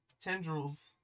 tendrils